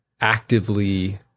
actively